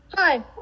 Hi